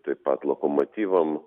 taip pat lokomotyvam